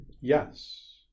Yes